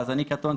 אז אני קטונתי,